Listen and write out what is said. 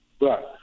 Right